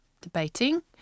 debating